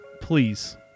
please